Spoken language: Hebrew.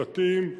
דתיים,